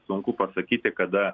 sunku pasakyti kada